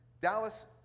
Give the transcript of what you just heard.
Dallas